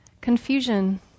Confusion